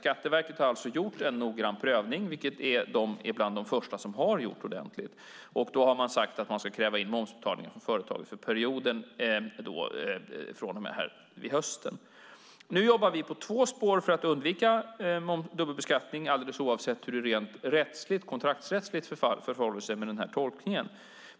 Skatteverket har alltså gjort en noggrann prövning, vilket de är bland de första som har gjort ordentligt. Man har då sagt att man ska kräva in momsbetalning från företagen för perioden från och med hösten. Nu jobbar vi på två spår för att undvika dubbelbeskattning, alldeles oavsett hur det rent kontraktsrättsligt förhåller sig med den här tolkningen.